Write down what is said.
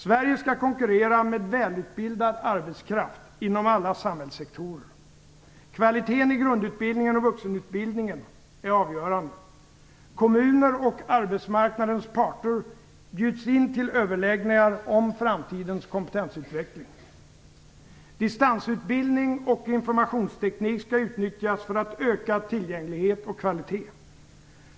Sverige skall konkurrera med välutbildad arbetskraft inom alla samhällssektorer. Kvaliteten i grundutbildningen och vuxenutbildningen är avgörande. Kommuner och arbetsmarknadens parter bjuds in till överläggningar om framtidens kompetensutveckling. Distansutbildning och informationsteknik skall utnyttjas för att öka tillgänglighet och kvalitet.